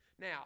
Now